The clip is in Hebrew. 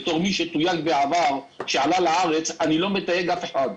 בתור מי שתויג בעבר כשעלה לארץ אני לא מתייג אף אחד.